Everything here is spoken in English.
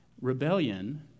Rebellion